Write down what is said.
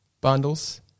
bundles